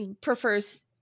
prefers